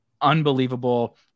unbelievable